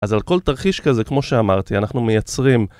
אז על כל תרחיש כזה, כמו שאמרתי, אנחנו מייצרים...